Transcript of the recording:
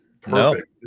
Perfect